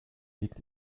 liegt